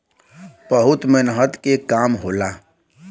बहुत मेहनत के काम होला